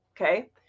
okay